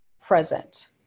present